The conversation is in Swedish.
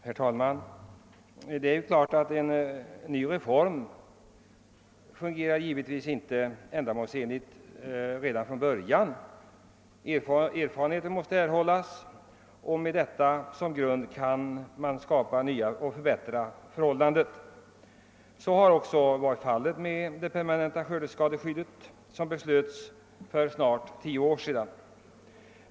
Herr talman! Det är klart att en ny reform inte fungerar ändamålsenligt redan från början. Erfarenheter måste erhållas, och med dem kan man förbättra förhållandena. Så har också skett med det permanenta skördeskadeskyddet, som beslöts för snart tio år sedan.